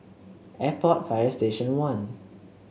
Airport Fire Station One